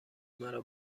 مرا